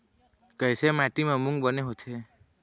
कइसे माटी म मूंग बने होथे?